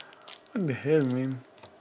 what the hell man